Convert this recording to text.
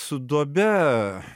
su duobe